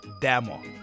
Demo